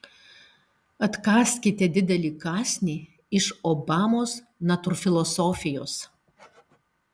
atkąskite didelį kąsnį iš obamos natūrfilosofijos